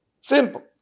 Simple